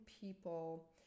people